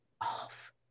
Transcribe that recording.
off